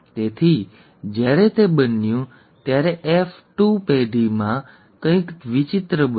તેથી જ્યારે તે બન્યું ત્યારે એફ 2 પેઢીમાં કંઈક વિચિત્ર બન્યું